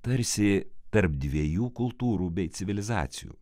tarsi tarp dviejų kultūrų bei civilizacijų